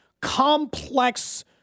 complex